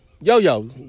Yo-yo